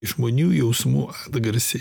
žmonių jausmų atgarsy